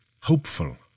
hopeful